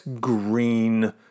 green